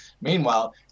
Meanwhile